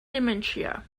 dementia